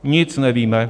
Nic nevíme.